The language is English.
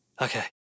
Okay